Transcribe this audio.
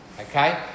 Okay